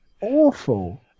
awful